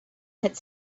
hit